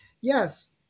yes